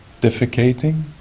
defecating